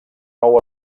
nou